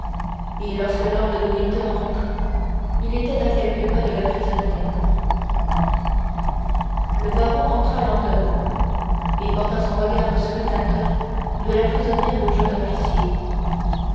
et lorsque lord de winter entra il était à quelques pas de la prisonnière le baron entra lentement et porta son regard scrutateur de la prisonnière au jeune officier